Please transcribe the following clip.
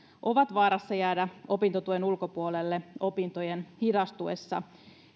ovat vaarassa jäädä opintotuen ulkopuolelle opintojen hidastuessa